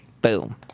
Boom